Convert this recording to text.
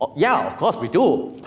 ah yeah, of course, we do,